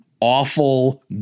awful